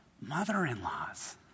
mother-in-laws